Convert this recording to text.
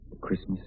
Christmas